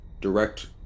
Direct